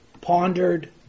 pondered